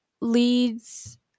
leads